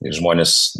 ir žmonės